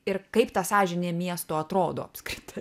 ir kaip ta sąžinė miesto atrodo apskritai